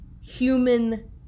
human